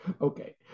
Okay